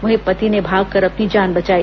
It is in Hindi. वहीं पति ने भागकर अपनी जान बचाई